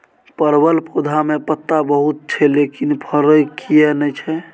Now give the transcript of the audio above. परवल पौधा में पत्ता बहुत छै लेकिन फरय किये नय छै?